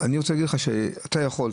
אני רוצה להגיד לך שאתה יכול,